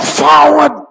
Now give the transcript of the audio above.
forward